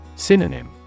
Synonym